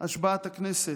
השבעת הכנסת,